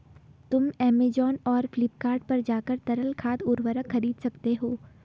तुम ऐमेज़ॉन और फ्लिपकार्ट पर जाकर तरल खाद उर्वरक खरीद सकते हो